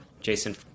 Jason